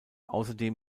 außerdem